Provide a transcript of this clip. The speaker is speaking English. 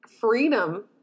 freedom